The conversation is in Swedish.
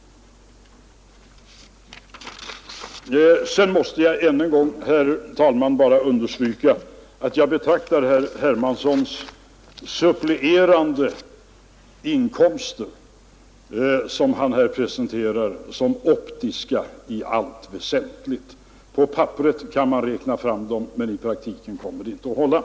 Vidare måste jag än en gång understryka att jag betraktar herr Hermanssons här presenterade supplerande inkomster som i allt väsentligt optiska. På papperet kan man räkna fram dem, men i praktiken kommer det inte att hålla.